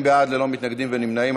40 בעד, ללא מתנגדים וללא נמנעים.